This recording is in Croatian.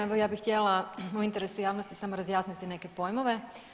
Evo, ja bih htjela, u interesu javnosti samo razjasniti neke pojmove.